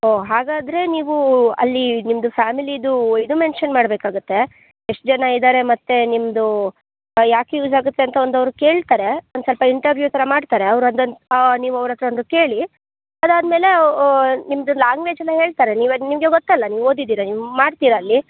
ಓಹ್ ಹಾಗಾದರೆ ನೀವು ಅಲ್ಲಿ ನಿಮ್ಮದು ಫ್ಯಾಮಿಲಿದು ಇದು ಮೆನ್ಷನ್ ಮಾಡಬೇಕಾಗುತ್ತೆ ಎಷ್ಟು ಜನ ಇದ್ದಾರೆ ಮತ್ತು ನಿಮ್ದು ಯಾಕೆ ಯೂಸ್ ಆಗುತ್ತೆ ಅಂತ ಒಂದು ಅವ್ರು ಕೇಳ್ತಾರೆ ಒಂದು ಸ್ವಲ್ಪ ಇಂಟರ್ವ್ಯೂ ಥರ ಮಾಡ್ತಾರೆ ಅವ್ರು ಅದನ್ನು ನೀವು ಅವ್ರ ಹತ್ತಿರ ಒಂದು ಕೇಳಿ ಅದಾದ ಮೇಲೆ ನಿಮ್ಮದು ಲ್ಯಾಂಗ್ವೇಜ್ ಎಲ್ಲ ಹೇಳ್ತಾರೆ ನೀವು ಅದು ನಿಮಗೆ ಗೊತ್ತಲ್ವ ನೀವು ಓದಿದ್ದೀರ ನೀವು ಮಾಡ್ತೀರ ಅಲ್ಲಿ